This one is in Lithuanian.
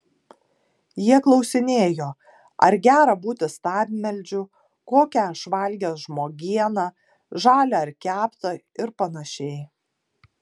jie klausinėjo ar gera būti stabmeldžiu kokią aš valgęs žmogieną žalią ar keptą ir panašiai